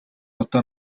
одоо